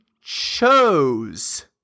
chose